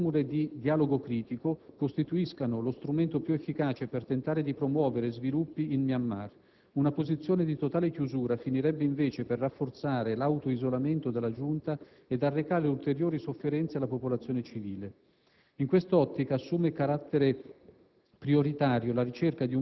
Riteniamo, infatti, che formule di dialogo critico costituiscano lo strumento più efficace per tentare di promuovere sviluppi in Myanmar. Una posizione di totale chiusura finirebbe invece per rafforzare l'auto-isolamento della Giunta ed arrecare ulteriori sofferenze alla popolazione civile. In questa ottica assume carattere